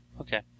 Okay